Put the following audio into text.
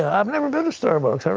ah i've never been to starbucks.